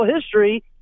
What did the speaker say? history